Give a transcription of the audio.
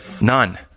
None